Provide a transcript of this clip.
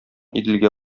иделгә